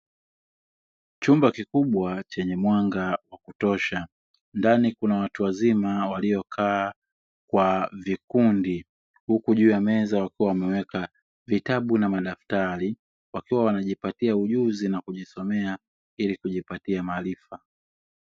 Chumba kikubwa chenye mwanga wa kutosha, ndani kuna watu wazima waliokaa kwa vikundi huku juu ya meza wakiwa wameweka vitabu na madaftari; wakiwa wanajipatia ujuzi na kujisomea ili kujipatia maarifa.